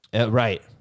Right